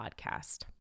podcast